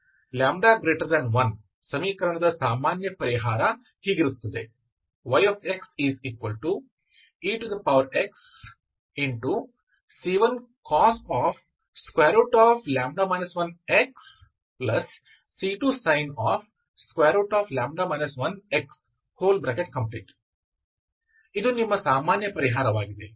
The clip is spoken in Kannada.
λ 1 ಸಮೀಕರಣದ ಸಾಮಾನ್ಯ ಪರಿಹಾರ ಹೀಗಿರುತ್ತದೆ yxexc1cos 1xc2sinλ 1x ಆದ್ದರಿಂದ ಇದು ನಿಮ್ಮ ಸಾಮಾನ್ಯ ಪರಿಹಾರವಾಗಿದೆ